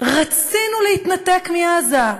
רצינו להתנתק מעזה.